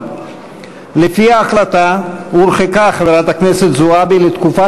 לפי ההחלטה הורחקה חברת הכנסת זועבי לתקופה